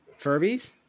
Furbies